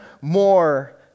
more